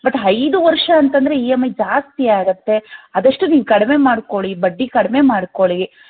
but ಐದು ವರ್ಷ ಅಂತಂದರೆ ಇ ಎಮ್ ಐ ಜಾಸ್ತಿ ಆಗತ್ತೆ ಆದಷ್ಟು ನೀವು ಕಡಿಮೆ ಮಾಡಿಕೊಳ್ಳಿ ಬಡ್ಡಿ ಕಡಿಮೆ ಮಾಡಿಕೊಳ್ಳಿ